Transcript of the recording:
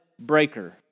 breaker